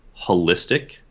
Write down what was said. holistic